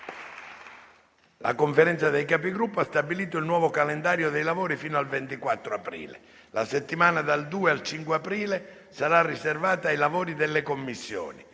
La Conferenza dei Capigruppo ha stabilito il nuovo calendario dei lavori fino al 24 aprile. La settimana dal 2 al 5 aprile sarà riservata ai lavori delle Commissioni.